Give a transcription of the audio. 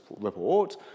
report